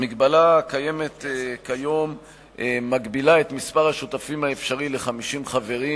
ההגבלה הקיימת כיום מגבילה את מספר השותפים האפשרי ל-50 חברים.